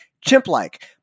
chimp-like